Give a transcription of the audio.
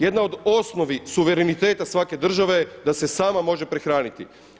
Jedna od osnovnih suvereniteta svake države je da se sama može prehraniti.